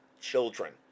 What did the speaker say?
children